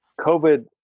COVID